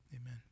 Amen